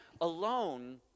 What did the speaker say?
alone